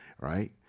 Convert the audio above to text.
right